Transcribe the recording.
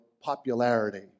popularity